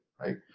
right